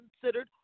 considered